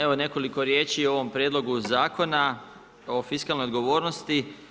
Evo nekoliko riječi o ovom prijedlogu zakona o fiskalnoj odgovornosti.